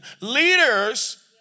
Leaders